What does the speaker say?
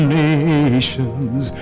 nations